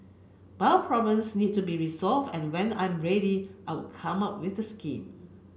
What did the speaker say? but problems need to be resolved and when I'm ready I'll come out with the scheme